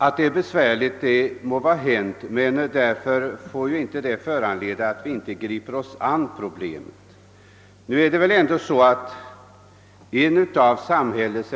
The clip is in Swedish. Att frågorna är svåra att komma till rätta med må vara hänt, men det förhållandet får inte föranleda att vi undviker att gripa oss an dem. En av samhällets